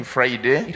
Friday